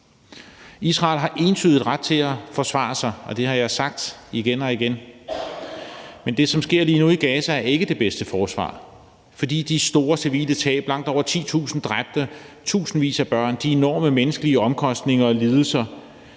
Israel har entydigt ret til at forsvare sig, og det har jeg sagt igen og igen. Men det, som sker lige nu i Gaza, er ikke det bedste forsvar, fordi de store civile tab – langt over 10.000 dræbte, hvoraf tusindvis er børn – og de enorme menneskelige omkostninger og lidelser